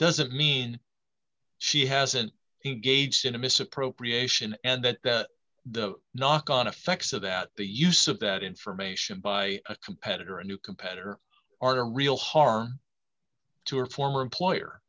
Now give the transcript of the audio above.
doesn't mean she hasn't he gauged in a misappropriation and that the knock on effects of that the use of that information by a competitor a new competitor are a real harm to her former employer